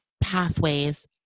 pathways